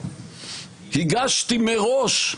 הגשתי מראש,